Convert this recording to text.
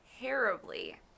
terribly